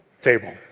table